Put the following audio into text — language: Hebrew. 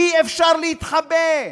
אי-אפשר להתחבא,